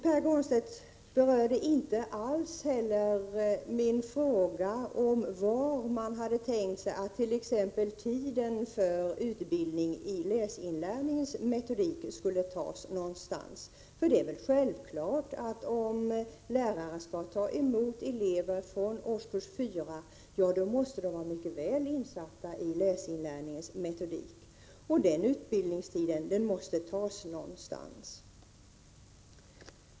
Pär Granstedt berörde inte alls min fråga om var tiden för utbildning i läsinlärningsmetodik skall tas. Om lärare skall ta emot elever från årskurs 4, är det självklart att de måste vara mycket väl insatta i läsinlärningsmetodik, och den utbildningstiden måste tas någonstans.